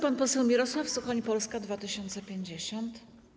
Pan poseł Mirosław Suchoń, Polska 2050.